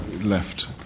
left